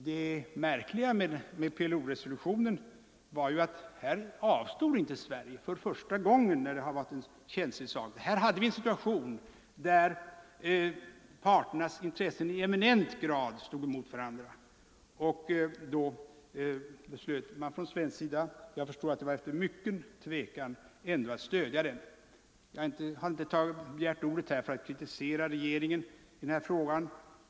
Det märkliga med PLO-resolutionen var nu att Sverige för första gången inte avstod från att rösta i en känslig fråga. Här förelåg en situation där parternas intressen i eminent grad stod emot varandra. Och ändå beslöt man från svensk sida — jag förstår att det skedde efter mycken tvekan — att stödja resolutionen. Jag har inte begärt ordet nu för att kritisera regeringen i denna fråga.